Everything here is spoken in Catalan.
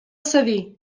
cedí